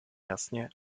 jasně